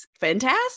Fantastic